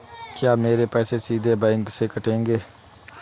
क्या मेरे पैसे सीधे बैंक से कटेंगे?